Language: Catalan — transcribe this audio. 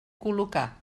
col·locar